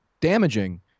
damaging